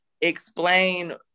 explain